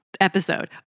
episode